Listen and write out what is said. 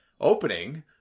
opening